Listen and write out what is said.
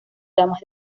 damas